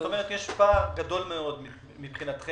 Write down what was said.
כלומר יש פער גדול מאוד מבחינתכם